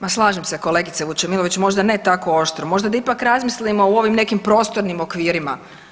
Ma slažem se kolegice Vučemilović, možda ne tako oštro, možda da ipak razmislimo u ovim nekim prostornim okvirima.